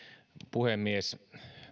puhemies